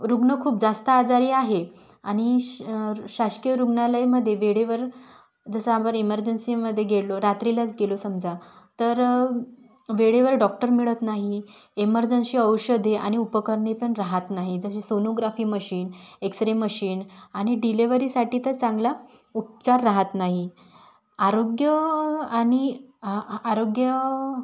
रुग्ण खूप जास्त आजारी आहे आणि श शासकीय रुग्णालयमध्ये वेळेवर जसं आपण एमरजेंसीमध्ये गेलो रात्रीलाच गेलो समजा तर वेळेवर डॉक्टर मिळत नाही एमरजेंसी औषधे आणि उपकरणे पण रहात नाही जसे सोनोग्राफी मशीन एक्सरे मशीन आणि डिलेव्हरीसाठी तर चांगला उपचार रहात नाही आरोग्य आणि आरोग्य